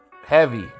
Heavy